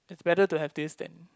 better to have this then